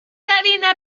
gavina